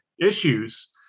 issues